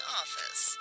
office